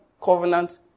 covenant